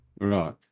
Right